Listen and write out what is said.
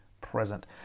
present